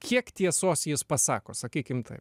kiek tiesos jis pasako sakykim taip